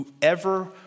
whoever